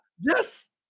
Yes